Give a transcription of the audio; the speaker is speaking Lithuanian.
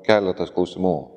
keletas klausimų